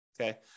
Okay